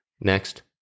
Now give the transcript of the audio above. next